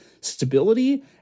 stability